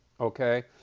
okay